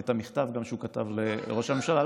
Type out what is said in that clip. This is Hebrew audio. גם את המכתב שהוא כתב לראש הממשלה.